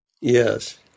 Yes